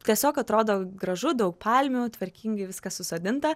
tiesiog atrodo gražu daug palmių tvarkingai viskas susodinta